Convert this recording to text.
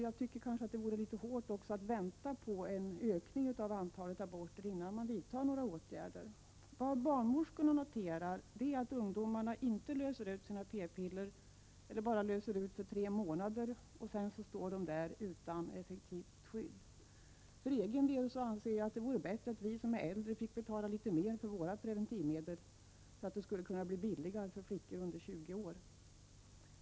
Det vore kanske hårt att vänta på en ökning av antalet aborter, innan man vidtar några åtgärder. Barnmorskorna noterar att ungdomarna inte löser ut sina p-piller, eller löser ut för bara tre månader, för att sedan stå där utan effektivt skydd. För egen del anser jag att det vore bättre att vi som är äldre fick betala litet mer för våra preventivmedel, så att det skulle kunna bli billigare för flickor under 20 år.